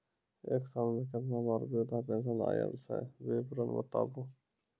एक साल मे केतना बार वृद्धा पेंशन आयल छै विवरन बताबू?